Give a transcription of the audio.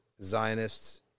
Zionists